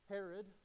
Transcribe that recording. Herod